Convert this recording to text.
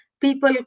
people